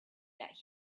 that